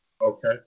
Okay